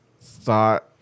thought